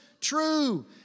true